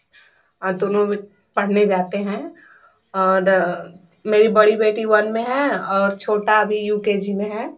और दोनों पढ़ने जाते है मेरी बड़ी बेटी वन में है और छोटा अभी यू के जी में है